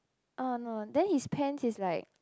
oh no then his pants is like